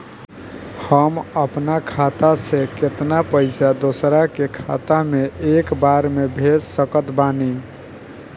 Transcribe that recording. हम अपना खाता से केतना पैसा दोसरा के खाता मे एक बार मे भेज सकत बानी?